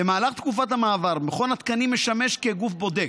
במהלך תקופת המעבר מכון התקנים משמש כגוף בודק.